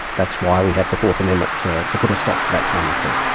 that's why we have the fourth amendment, to to put a stop to that kind of thing.